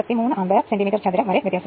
17 ആയിരിക്കുമ്പോൾ ഓട്ടോയുടെ വ്യാപ്തി